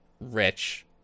rich